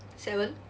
seven